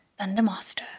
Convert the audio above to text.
Thundermaster